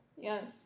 yes